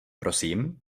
prosím